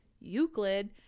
euclid